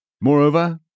Moreover